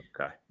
Okay